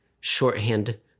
shorthand